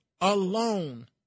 alone